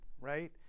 right